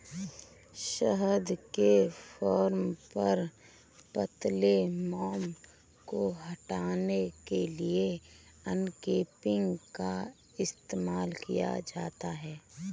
शहद के फ्रेम पर पतले मोम को हटाने के लिए अनकैपिंग का इस्तेमाल किया जाता है